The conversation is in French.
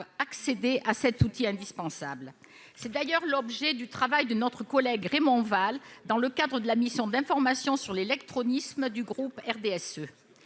accéder à cet outil indispensable. C'est d'ailleurs l'objet du travail de notre collègue Raymond Vall dans le cadre de la mission d'information sur la lutte contre